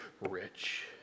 rich